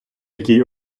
якій